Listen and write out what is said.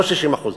לא 60%,